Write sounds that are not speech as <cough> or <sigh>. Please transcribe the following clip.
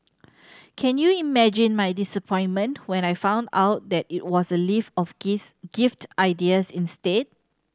can you imagine my disappointment when I found out that it was a list of <unintelligible> gift ideas instead